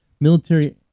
military